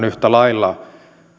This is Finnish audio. yhtä lailla